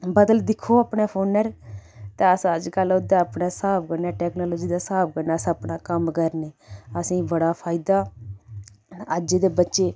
बद्दल दिक्खो अपने फोने'र ते अस अज्जकल ओह्दे अपने स्हाब कन्नै टैक्नोलजी दे स्हाब कन्नै अस अपना कम्म करने असेंई बड़ा फायदा अज्ज दे बच्चे